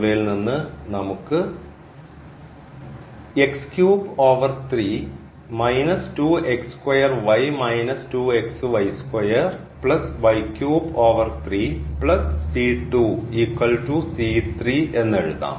എന്നിവയിൽനിന്ന് നമുക്ക് എന്ന് എഴുതാം